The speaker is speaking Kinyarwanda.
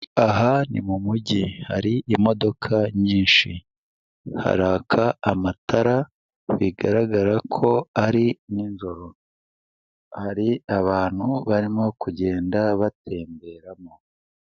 Aha ni mu mujyi, hari imodoka nyinshi, haraka amatara bigaragara ko ari ni ijoro, hari abantu barimo kugenda batemberamo.